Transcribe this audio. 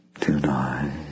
tonight